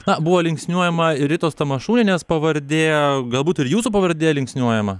na buvo linksniuojama ir ritos tamašūnienės pavardė a galbūt ir jūsų pavardė linksniuojama